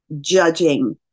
judging